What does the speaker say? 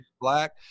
black